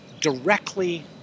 directly